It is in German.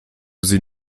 sie